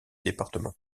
département